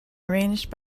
arranged